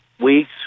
weeks